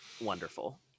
wonderful